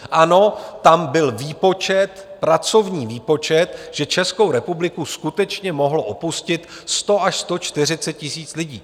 Ano, tam byl výpočet, pracovní výpočet, že Českou republiku skutečně mohlo opustit 100 až 140 tisíc lidí.